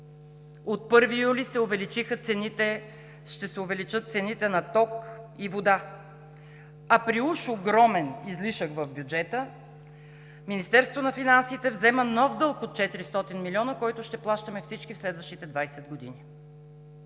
от 1 юли ще се увеличат цените на ток и вода. А при уж огромен излишък в бюджета Министерството на финансите взема нов дълг от 400 милиона, който ще плащаме всички в следващите 20 години.